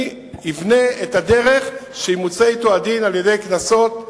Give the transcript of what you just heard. אני אבנה את הדרך שימוצה אתו הדין על-ידי קנסות ודוחות,